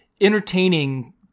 entertaining